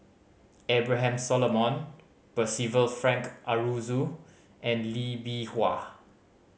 Abraham Solomon Percival Frank Aroozoo and Lee Bee Wah